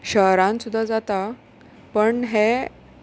शहरान सुद्दां जाता पण हे